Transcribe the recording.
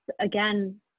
again